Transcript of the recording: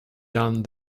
done